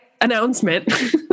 announcement